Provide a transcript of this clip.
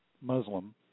Muslim